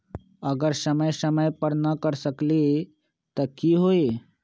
अगर समय समय पर न कर सकील त कि हुई?